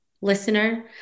listener